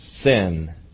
sin